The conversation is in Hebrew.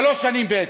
שלוש שנים בעצם,